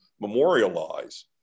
memorialize